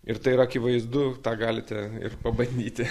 ir tai yra akivaizdu tą galite ir pabandyti